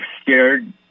scared